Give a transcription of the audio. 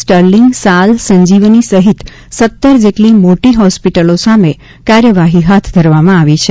Sterling Sal Sanjivani સહિત સતર જેટલી મોટી હોસ્પિટલો સામે કાર્યવાહી હાથ ધરવામાં આવી છે